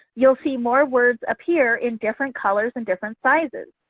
you'll see more words appear in different colors and different sizes.